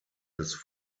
des